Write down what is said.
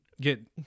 get